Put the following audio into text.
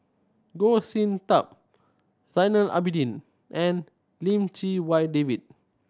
Goh Sin Tub Zainal Abidin and Lim Chee Wai David